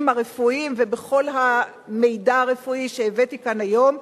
הרפואיים ובכל המידע הרפואי שהבאתי כאן היום,